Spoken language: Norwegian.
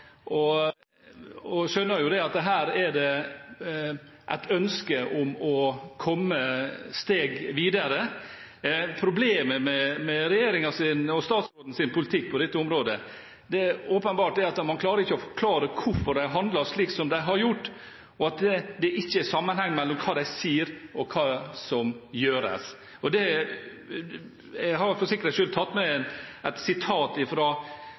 politikk på dette området er at man åpenbart ikke klarer å forklare hvorfor de har handlet slik som de har gjort, og at det ikke er sammenheng mellom hva de sier, og hva som gjøres. Jeg har for sikkerhets skyld tatt med et sitat